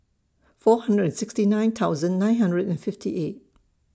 four hundred and sixty nine thousand nine hundred and fifty eight